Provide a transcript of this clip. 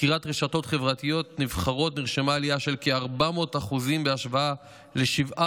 מסקירת רשתות חברתיות נבחרות נרשמה עלייה של כ-400% בהשוואה ל-17